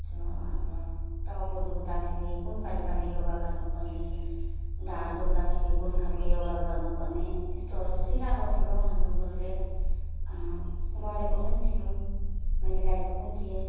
त्यो अब टाउको दुख्दाखेरि कुन तरिकाले योगा गर्नुपर्ने ढाड दुख्दाखेरि कुन खालको योगा गर्नुपर्ने यस्तोहरू सिकाएको थियो हाम्रो गुरूले गरेको पनि थियौँ मैले गरेको पनि थिएँ